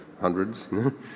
hundreds